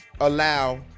allow